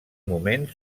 moment